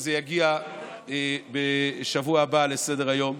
שזה יגיע בשבוע הבא לסדר-היום,